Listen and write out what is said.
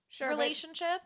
relationship